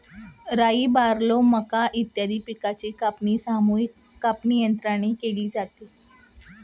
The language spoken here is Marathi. राई, बार्ली, मका इत्यादी पिकांची कापणी सामूहिक कापणीयंत्राने केली जाते